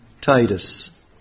Titus